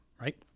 right